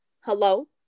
Hello